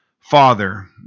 father